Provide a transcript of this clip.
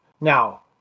Now